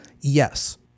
Yes